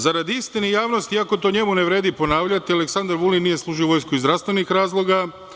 Zarad istine i javnosti, iako to njemu ne vredi ponavljati, Aleksandar Vulin nije služio vojsku iz zdravstvenih razloga.